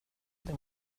det